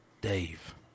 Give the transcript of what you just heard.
Dave